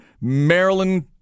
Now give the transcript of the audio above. Maryland